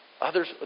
others